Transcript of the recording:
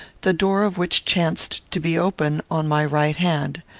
the door of which chanced to be open, on my right hand.